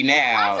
now